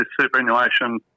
superannuation